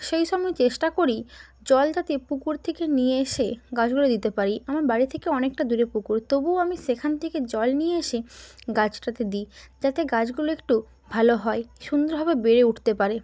সেই সময় চেষ্টা করি জল যাতে পুকুর থেকে নিয়ে এসে গাছগুলোয় দিতে পারি আমার বাড়ি থেকে অনেকটা দূরে পুকুর তবুও আমি সেখান থেকে জল নিয়ে এসে গাছটাতে দিই যাতে গাছগুলো একটু ভালো হয় সুন্দরভাবে বেড়ে উঠতে পারে